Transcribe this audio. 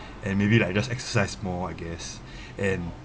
and maybe like just exercise more I guess and